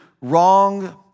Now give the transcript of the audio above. wrong